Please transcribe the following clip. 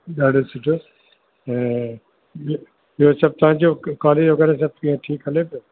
ॾाढो सुठो ऐं ॿियो ॿियो सभु तव्हांजो कॉलेज वगै़रह सभु ठीकु हले पियो